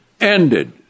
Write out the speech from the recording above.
ended